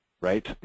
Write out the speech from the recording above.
right